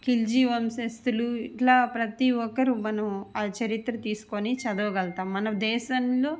ఖిల్జీ వంశస్థులు ఇట్ల ప్రతీ ఒక్కరూ మనం ఆ చరిత్ర తీసుకొని చదవగలుగుతాము మన దేశంలో